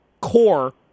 core